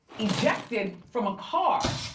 ejected from a car.